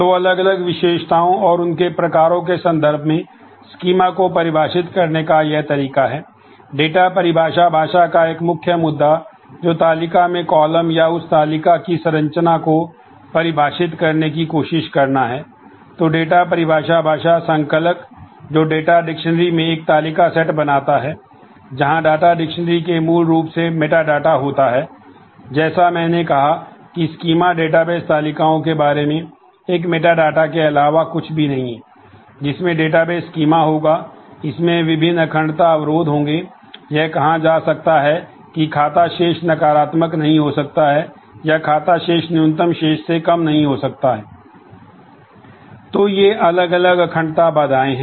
तो अलग अलग विशेषताओं और उनके प्रकारों के संदर्भ में स्कीमा होगा इसमें विभिन्न अखंडता अवरोध होंगे यह कहां जा सकता है कि खाता शेष नकारात्मक नहीं हो सकता है या खाता शेष न्यूनतम शेष से कम नहीं हो सकता है तो ये अलग अलग अखंडता बाधाएं हैं